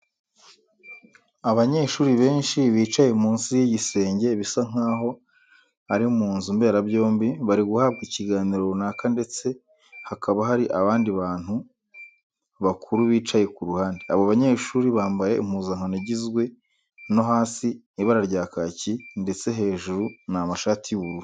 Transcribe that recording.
Abanyeshuri benshi bicaye munsi y'igisenge bisa nk'aho ari mu nzu mberabyombi bari guhabwa ikiganiro runaka ndetse hakaba hari abandi bantu bakuru bicaye ku ruhande. ABo banyeshuri bambaye impuzankano igizwe no hasi ibara rya kaki ndetse hejuru ni amashati y'ubururu.